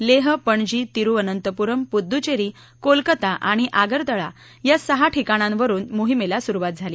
लेह पणजी तिरुवनंतपुरम पुद्देचरीकोलकाता आणि आगरतळा या सहा ठिकाणांवरुन मोहिमेला सुरुवात झाली